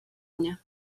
mnie